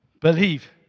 Believe